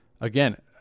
Again